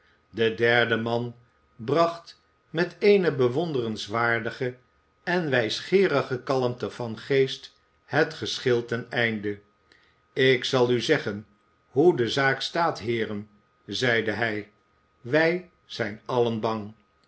de derde man bracht met eene bewonderenswaardige en wijsgeerige kalmte van geest het geschil ten einde ik zal u zeggen hoe de zaak staat heeren zeide hij wij zijn allen bang